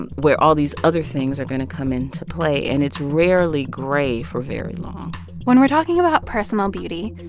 and where all these other things are going to come into play? and it's rarely gray for very long when we're talking about personal beauty,